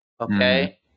Okay